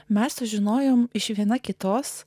mes sužinojome iš viena kitos